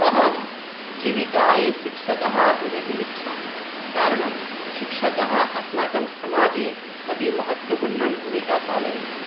अहं जीविकायै शिक्षकः भवितुमिच्छामि कारणं शिक्षकः अस्माकं समाजे अतिमहत्वपूर्णं भूमिकां पालयन्ति